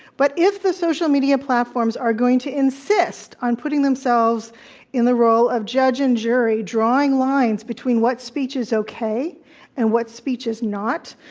but if the social media platforms are going to insist on putting themselves in the role of judge and jury, drawing lines between what speech is okay and what speech is not.